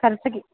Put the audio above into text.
चालतं की